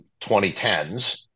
2010s